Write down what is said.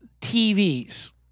TVs